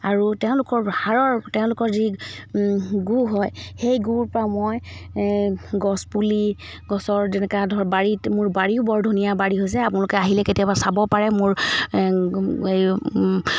আৰু তেওঁলোকৰ হাৰৰ তেওঁলোকৰ যি গূ হয় সেই গূৰ পৰা মই গছপুলি গছৰ যেনেকুৱা ধৰ বাৰীত মোৰ বাৰীও বৰ ধুনীয়া বাৰী হৈছে আপোনালোকে আহিলে কেতিয়াবা চাব পাৰে মোৰ এই